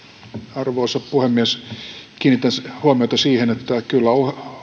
arvoisa puhemies kiinnittäisin huomiota siihen että kyllä